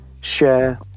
share